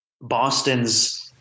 Boston's